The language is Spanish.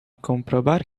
comprobar